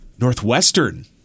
Northwestern